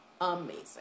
amazing